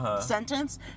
sentence